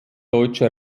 deutsche